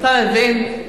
אתה מבין?